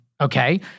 okay